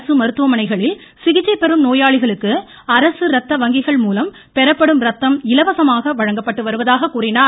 அரசு மருத்துவமனைகளில் சிகிச்சை பெறும் நோயாளிகளுக்கு அரசு ரத்த வங்கிகள்மூலம் பெறப்படும் ரத்தம் இலவசமாக வழங்கப்பட்டு வருவதாக கூறினார்